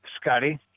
Scotty